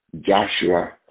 joshua